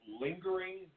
lingering